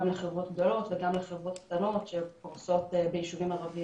לחברות גדולות וגם לחברות קטנות שפורסות ביישובים ערביים